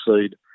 seed